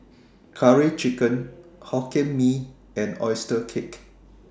Curry Chicken Hokkien Mee and Oyster Cake